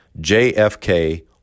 JFK